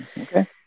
Okay